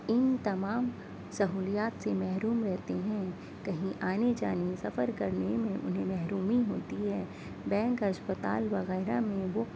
ان تمام سہولیات سے محروم رہتے ہیں کہیں آنے جانے سفر کرنے میں انہیں محرومی ہوتی ہے بینک اسپتال وغیرہ میں وہ